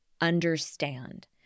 understand